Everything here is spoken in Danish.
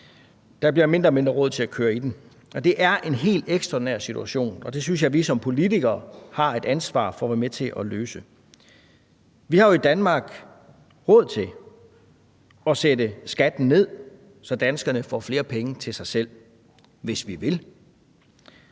Der bliver mindre og mindre råd til at køre i den, og det er en helt ekstraordinær situation, og det synes jeg at vi som politikere har et ansvar for at være med til at løse. Vi har jo i Danmark råd til at sætte skatten ned, så danskerne får flere penge til sig selv, hvis vi vil.